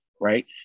right